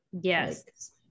Yes